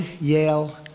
Yale